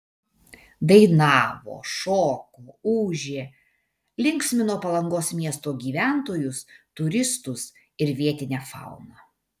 dainavo šoko ūžė linksmino palangos miesto gyventojus turistus ir vietinę fauną